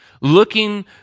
looking